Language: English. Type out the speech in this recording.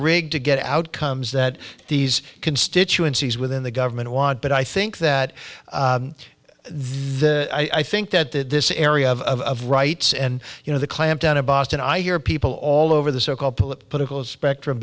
rig to get outcomes that these constituencies within the government want but i think that this i think that that this area of rights and you know the clamp down in boston i hear people all over the so called political spectrum